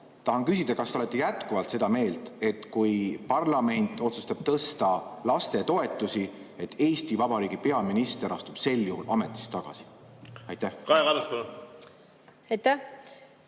Tahan küsida, kas te olete jätkuvalt seda meelt, et kui parlament otsustab tõsta lastetoetusi, siis Eesti Vabariigi peaminister astub ametist tagasi. Kaja